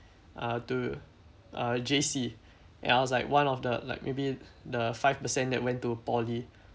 uh to uh J_C and I was like one of the like maybe the five percent that went to poly